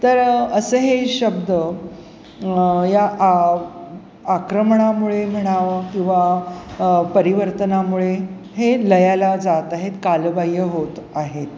तर असे हे शब्द या आक्रमणामुळे म्हणावं किंवा परिवर्तनामुळे हे लयाला जात आहेत कालबाह्य होत आहेत